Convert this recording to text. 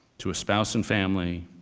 to a spouse and family,